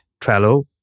Trello